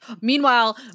Meanwhile